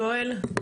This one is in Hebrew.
יואל,